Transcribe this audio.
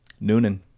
Noonan